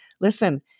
listen